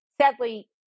sadly